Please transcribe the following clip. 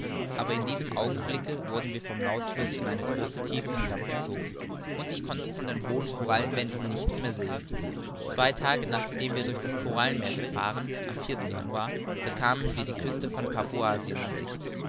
aber in diesem augenblick wurden wir vom nautilus in eine große tiefe hinabgezogen und ich konnte von den hohen korallenwänden nichts mehr sehen zwei tage nachdem wir durch das korallenmeer gefahren am januar bekamen wir die küsten von papuasien in sicht